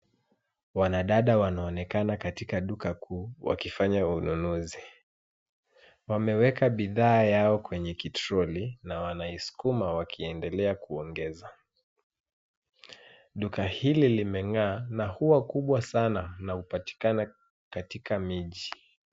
Wanadada wanaonekana katika duka kuu wakifanya ununuzi. Wameweka bidhaa yao kwenye kitroli na wanaiskuma wakiendelea kuongeza. Duka hili limeng'aa na huwa kubwa sana na hupatikana katika miji.